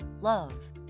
love